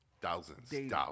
thousands